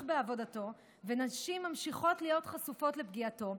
בעבודתו ונשים ממשיכות להיות חשופות לפגיעתו,